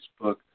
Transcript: Facebook